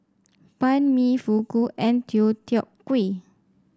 Banh Mi Fugu and Deodeok Gui